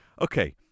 Okay